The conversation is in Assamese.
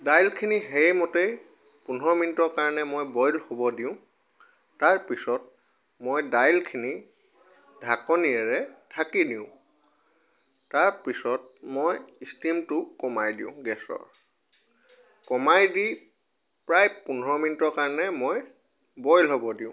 দাইলখিনি সেইমতেই পোন্ধৰ মিনিটৰ কাৰণে মই বইল হ'ব দিওঁ তাৰপিছত মই দাইলখিনি ঢাকনিৰে ঢাকি দিওঁ তাৰপিছত মই ষ্টিমটো কমাই দিওঁ গেছৰ কমাই দি প্ৰায় পোন্ধৰ মিনিটৰ কাৰণে মই বইল হ'ব দিওঁ